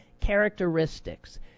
characteristics